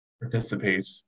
participate